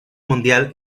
mundial